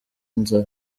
inzara